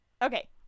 Okay